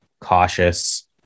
cautious